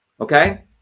Okay